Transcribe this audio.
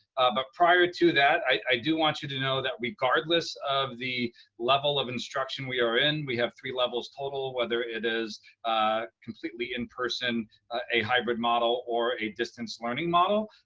but prior to that, i do want you to know that regardless of the level of instruction we are in, we have three levels total. whether it is a completely in-person a hybrid model or a distance learning model,